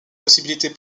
possibilités